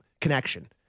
connection